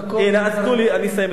הנה, תנו לי, אני אסיים את דברי.